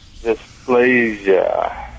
dysplasia